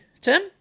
Tim